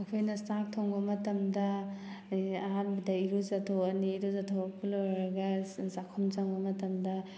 ꯑꯩꯈꯣꯏꯅ ꯆꯥꯛ ꯊꯣꯡꯕ ꯃꯇꯝꯗ ꯑꯍꯥꯟꯕꯗ ꯏꯔꯨꯖꯊꯣꯛꯑꯅꯤ ꯏꯔꯨꯊꯣꯛꯄ ꯂꯣꯏꯔꯒ ꯆꯥꯛꯈꯨꯝ ꯆꯪꯕ ꯃꯇꯝꯗ